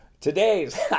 Today's